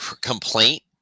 complaint